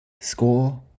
score